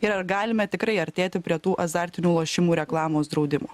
ir ar galime tikrai artėti prie tų azartinių lošimų reklamos draudimo